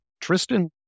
Tristan